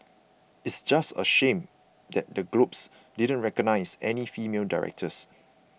it's just a shame that the Globes didn't recognise any female directors